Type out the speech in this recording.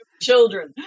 children